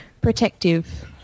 protective